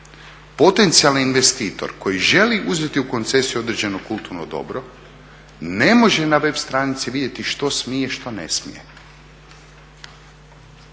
potencijalni investitor koji želi uzeti u koncesiju određeno kulturno dobro ne može na web stranici vidjeti što smije, što ne smije.